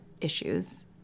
issues